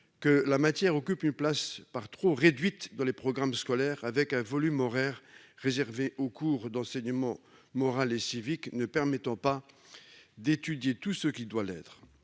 que cette matière occupe une place par trop réduite dans les programmes scolaires, avec un volume horaire réservé aux cours d'EMC ne permettant pas d'étudier tout ce qui doit l'être.